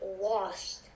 lost